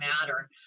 matter